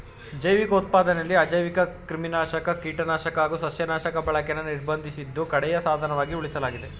ಜೈವಿಕ ಉತ್ಪಾದನೆಲಿ ಅಜೈವಿಕಕ್ರಿಮಿನಾಶಕ ಕೀಟನಾಶಕ ಹಾಗು ಸಸ್ಯನಾಶಕ ಬಳಕೆನ ನಿರ್ಬಂಧಿಸಿದ್ದು ಕಡೆಯ ಸಾಧನವಾಗಿ ಉಳಿಸಲಾಗಿದೆ